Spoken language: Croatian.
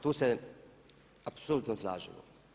Tu se apsolutno slažemo.